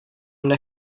mne